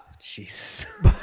Jesus